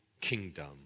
kingdom